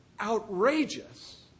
outrageous